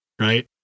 right